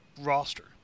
roster